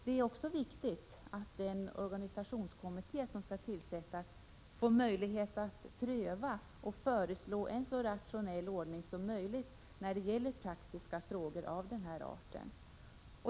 Det är också viktigt att den organisationskommitté som skall tillsättas får möjlighet att pröva och föreslå en så rationell ordning som möjligt när det gäller praktiska frågor av denna art.